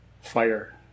fire